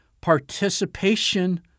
participation